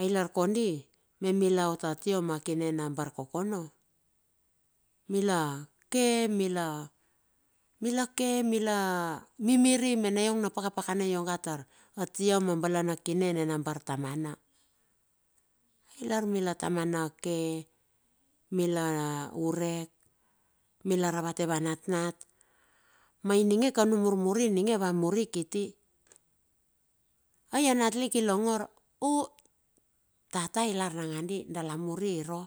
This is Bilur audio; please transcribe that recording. uilar kondi ma kina na barkokono mila ke mila mila mimiri mena iong na pakapakana ionga tar atia ma balana kine nina bartamana. Mila tamana ke, mila urek, mila ravate va natnat, ma ininge kan u murmuri ninge, va muri kiti. Ai a natlik ilongor, u tata ilar dala muri iruo.